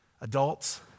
adults